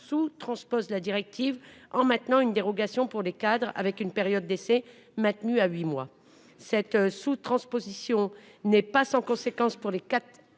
sous transpose la directive en maintenant une dérogation pour les cadres, avec une période d'essai maintenu à huit mois, cette sous-transposition n'est pas sans conséquences pour les quatre